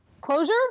Closure